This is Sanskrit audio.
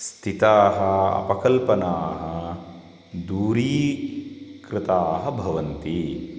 स्थिताः अपकल्पनाः दूरीकृताः भवन्ति